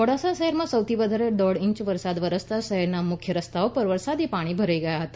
મોડાસા શહેરમાં સૌથી વધારે દોઢ ઇંચ જેટલો વરસાદ વરસતા શહેરના મુખ્ય રસ્તાઓ પર વરસાદી પાણી ભરાઇ ગયા હતા